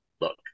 look